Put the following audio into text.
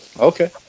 Okay